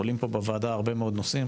עולים פה בוועדה הרבה מאוד נושאים,